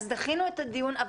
אז דחינו את הדיון,